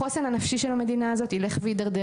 החוסן הנפשי של המדינה הזאת ילך וידרדר.